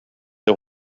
det